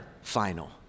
final